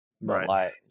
right